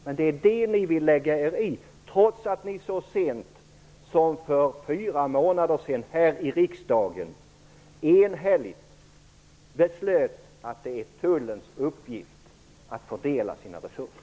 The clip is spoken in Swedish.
Men det är det ni vill lägga er i, trots att vi så sent som för fyra månader sedan här i riksdagen enhälligt beslöt att det är tullens uppgift att fördela sina resurser.